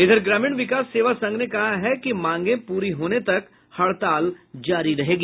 इधर ग्रामीण विकास सेवा संघ ने कहा है कि मांगे पूरी होने तक हड़ताल जारी रहेगी